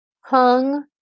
hung